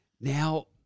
now